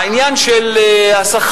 העניין של השכר,